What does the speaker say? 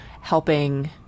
helping